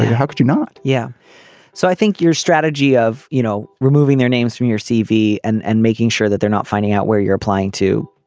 how could you not. yeah so i think your strategy of you know removing their names from your cv and and making sure that they're not finding out where you're applying to.